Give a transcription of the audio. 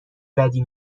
بدی